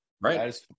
Right